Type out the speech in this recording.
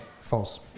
false